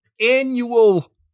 annual